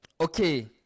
Okay